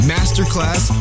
Masterclass